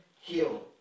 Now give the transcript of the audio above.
Heal